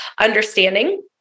understanding